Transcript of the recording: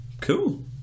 Cool